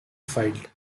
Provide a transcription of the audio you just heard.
fight